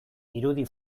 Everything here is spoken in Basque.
irudi